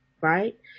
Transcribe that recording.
right